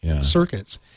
circuits